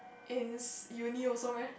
in Uni also meh